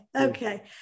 okay